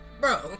Bro